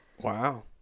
Wow